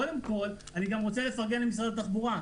קודם כול, אני גם רוצה לפרגן למשרד התחבורה.